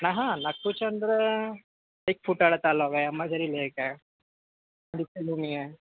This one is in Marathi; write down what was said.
अहा नागपूरच्या अंदर एकफूटाला तलाव आहे अंबाझरी लेक आहे दीक्षाभूमी आहे